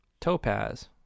topaz